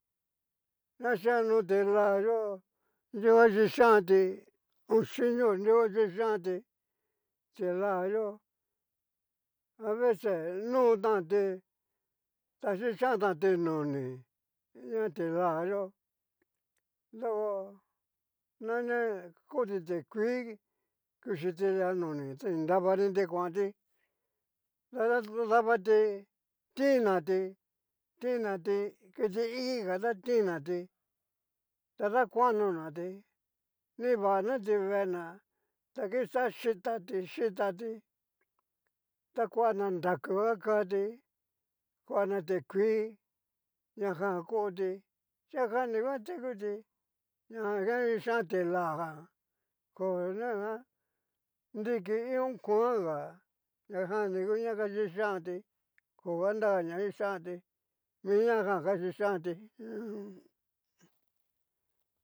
Naxiano ti'la yo nunguan kixanti ochinio nunguan kixanti, ti'la yo aveces notanti ta xichantanti noni, dikan tila yó doko nane koti tikuii kuchiti lia noni ni nravaniti kuanti ta davti tinanti, tinati kiti iki ka ta tinnati ta dakuanona ti nivanati vee na ta kixa yitati yitati ta kuana nraku ka kati kuana tikuii najan koti, niajanni nguan tekuti ñajan nguan kixan ti'la jan kona nguan nriki ion kuan ga ñajan ni nguan a kixanti koga nraka na kixanti miña jan akixanti.